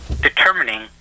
determining